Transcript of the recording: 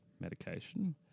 medication